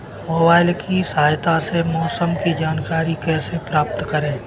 Mobile की सहायता से मौसम की जानकारी कैसे प्राप्त करें?